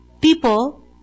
people